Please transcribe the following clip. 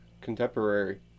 Contemporary